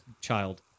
child